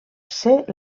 ser